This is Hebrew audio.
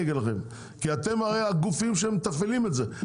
כי אתם הרי הגופים שמתפעלים את זה.